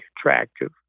attractive